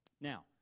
Now